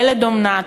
ילד אומנה,